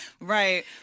Right